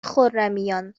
خرمیان